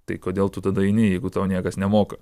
tai kodėl tu tada eini jeigu to niekas nemoka